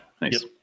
nice